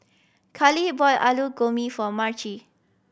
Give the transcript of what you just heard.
Karly bought Alu Gobi for Marci